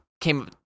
came